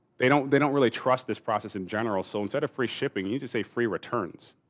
they don't they don't really trust this process in general. so, instead of free shipping, you just say free returns.